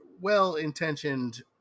well-intentioned